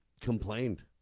complained